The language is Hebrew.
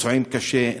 פצועים קשה,